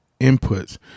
inputs